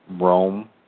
Rome